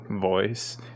voice